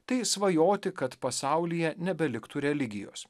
tai svajoti kad pasaulyje nebeliktų religijos